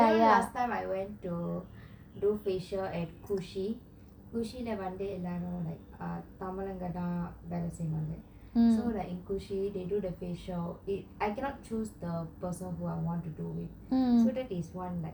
remember last time I went to do facial at cushi cushi so like in cushi they do the facial I cannot choose the person I want to do with